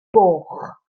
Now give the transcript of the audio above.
goch